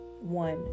one